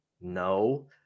No